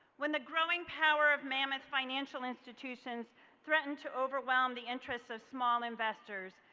when the growing power of mammoth financial institutions threatened to overwhelm the interests of small investors,